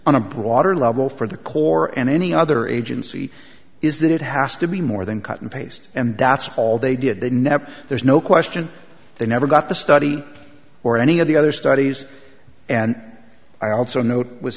on a broader level for the corps and any other agency is that it has to be more than cut and paste and that's all they did the net there's no question they never got the study or any of the other studies and i also note with